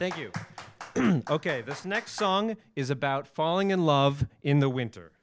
thank you ok this next song is about falling in love in the winter